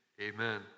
amen